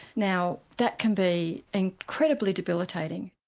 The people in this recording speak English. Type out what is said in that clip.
now that can be incredibly debilitating.